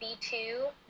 B2